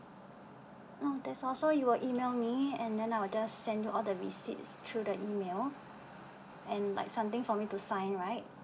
no that's all so you'll email me and then I'll just send you all the receipts through the email and like something for me to sign right